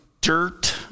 dirt